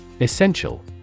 Essential